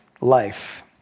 life